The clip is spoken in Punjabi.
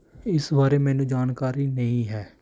ਇਸ ਬਾਰੇ ਮੈਨੂੰ ਜਾਣਕਾਰੀ ਨਹੀਂ ਹੈ